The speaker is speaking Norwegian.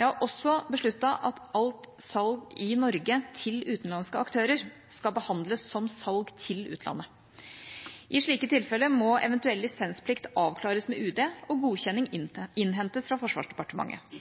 Jeg har også besluttet at alt salg i Norge til utenlandske aktører skal behandles som salg til utlandet. I slike tilfeller må eventuell lisensplikt avklares med UD og godkjenning innhentes fra Forsvarsdepartementet.